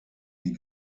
die